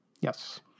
yes